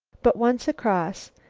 but, once across,